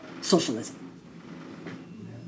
socialism